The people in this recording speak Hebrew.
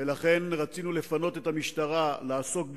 ולכן רצינו לאפשר למשטרה לעסוק בענייניה,